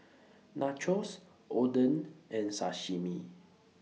Nachos Oden and Sashimi